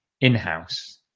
in-house